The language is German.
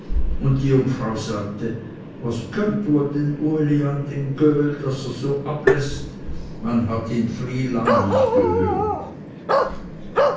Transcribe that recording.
und die jungfrau sagte was kömmt wohl den uli an den göhl daß er so abläßt man hat ihn fry lang nicht gehört